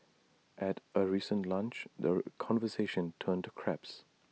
at A recent lunch the conversation turned to crabs